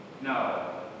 No